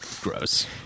gross